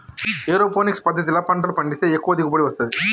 aeroponics పద్దతిల పంటలు పండిస్తే ఎక్కువ దిగుబడి వస్తది